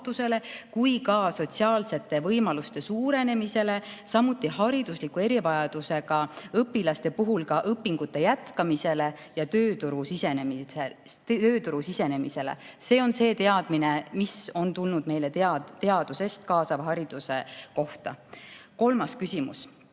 kui ka sotsiaalsete võimaluste suurenemisele, haridusliku erivajadusega õpilaste puhul ka õpingute jätkamisele ja tööturule sisenemisele. See on see teadmine, mis on tulnud meile teadusest kaasava hariduse kohta. Kolmas küsimus: